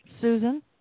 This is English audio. Susan